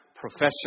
profession